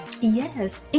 yes